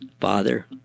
Father